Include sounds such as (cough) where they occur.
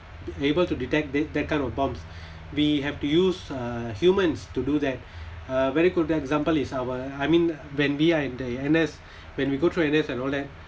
able to detect that that kind of bombs (breath) we have to use uh humans to do that (breath) a very good example is our I mean when we are in the N_S (breath) when we go through N_S and all that